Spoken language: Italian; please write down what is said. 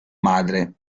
madre